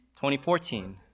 2014